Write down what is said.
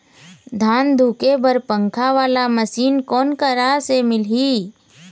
धान धुके बर पंखा वाला मशीन कोन करा से मिलही?